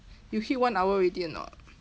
you hit one hour already or not